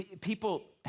people